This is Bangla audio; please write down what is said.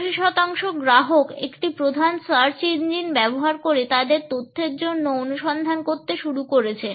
84 শতাংশ গ্রাহক একটি প্রধান সার্চ ইঞ্জিন ব্যবহার করে তাদের তথ্যের জন্য অনুসন্ধান করতে শুরু করেছেন